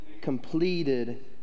completed